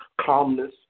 calmness